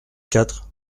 quatre